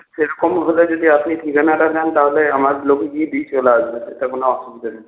সেরকম হলে যদি আপনি ঠিকানাটা দেন তাহলে আমার লোকই গিয়ে দিয়ে চলে আসবে সেটা কোনো অসুবিধা নেই